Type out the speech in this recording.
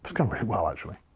it's going very well actually.